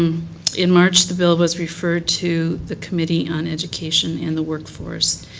um in march the bill was referred to the committee on education and the workforce.